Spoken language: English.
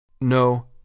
No